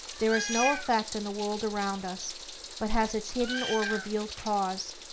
there is no effect in the world around us but has its hidden or revealed cause,